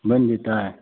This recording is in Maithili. बैनि जेतै